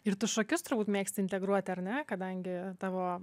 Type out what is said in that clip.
ir tu šokius turbūt mėgsti integruot ar ne kadangi tavo